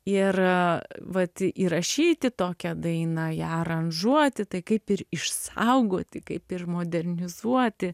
ir vat įrašyti tokią dainą ją aranžuoti tai kaip ir išsaugoti kaip ir modernizuoti